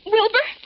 Wilbur